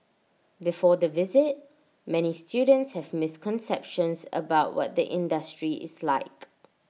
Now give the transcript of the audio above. before the visit many students have misconceptions about what the industry is like